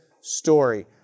story